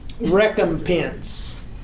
Recompense